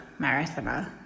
marathoner